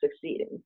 succeeding